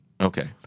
Okay